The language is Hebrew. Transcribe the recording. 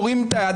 מורידים את היד,